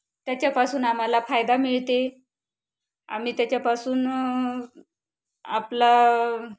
त्याच्यापासून आम्हाला फायदा मिळते आम्ही त्याच्यापासून आपला